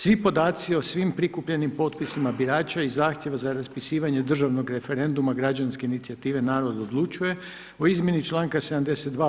Svi podaci o svim prikupljenim potpisima i zahtjevima za raspisivanje državnog referenduma građanske inicijative „Narod odlučuje“ o izmjeni članka 72.